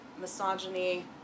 misogyny